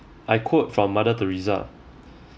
I quote from mother theresa